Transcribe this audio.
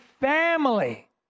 family